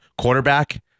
quarterback